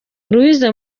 louise